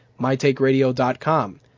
mytakeradio.com